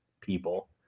people